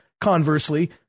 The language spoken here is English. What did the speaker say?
conversely